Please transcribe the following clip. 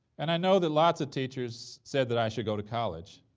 and i know that lots of teachers said that i should go to college,